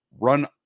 run